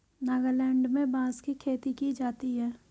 नागालैंड में बांस की खेती की जाती है